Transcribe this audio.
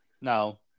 No